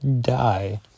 die